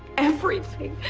everything.